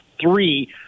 three